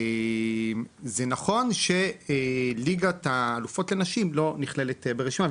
זה נכון שליגת האלופות לנשים לא נכללת ברשימה,